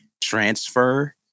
transfer